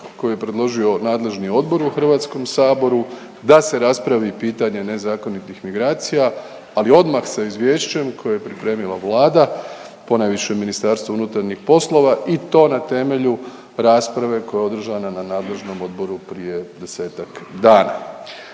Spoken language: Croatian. koji je predložio nadležni odbor u Hrvatskom saboru da se radi raspravi nezakonitih migracija ali odmah sa izvješćem koji je pripremila Vlada, ponajviše Ministarstvo unutarnjih poslova i to na temelju rasprave koja je održana na nadležnom odboru prije 10-ak dana.